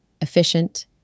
efficient